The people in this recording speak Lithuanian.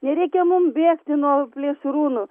nereikia mum bėgti nuo plėšrūnų